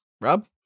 Rob